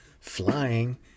flying